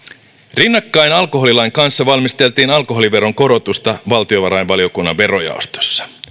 rinnakkain alkoholilain kanssa valmisteltiin alkoholiveron korotusta valtiovarainvaliokunnan verojaostossa